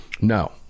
No